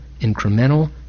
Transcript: incremental